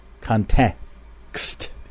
Context